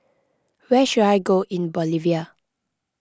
where should I go in Bolivia